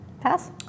Pass